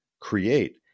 create